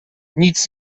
nic